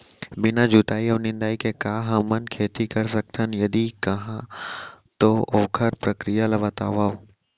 बिना जुताई अऊ निंदाई के का हमन खेती कर सकथन, यदि कहाँ तो ओखर प्रक्रिया ला बतावव?